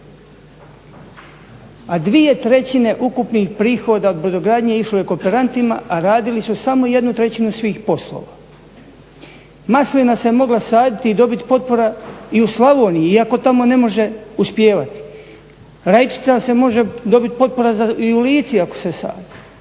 a 2/3 ukupnih prihoda od brodogradnje išlo je kooperantima, a radili su samo 1/3 svih poslova. Maslina se mogla saditi i dobit potpora i u Slavoniji iako tamo ne može uspijevati. Rajčica se može dobit potpora i u Lici ako se sadi.